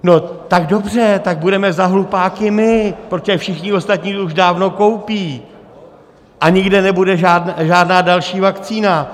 No tak dobře, tak budeme za hlupáky my, protože všichni ostatní je už dávno koupí a nikde nebude žádná další vakcína.